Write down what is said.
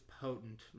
potent